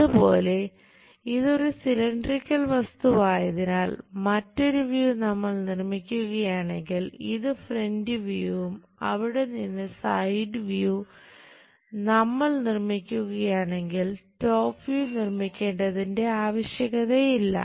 അതുപോലെ ഇത് ഒരു സിലിണ്ടറിക്കൽ നിർമ്മിക്കേണ്ടതിന്റെ ആവശ്യകതയില്ല